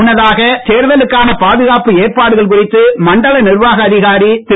முன்னதாக தேர்தலுக்கான பாதுகாப்பு ஏற்பாடுகள் குறித்து மண்டல நிர்வாக அதிகார் திரு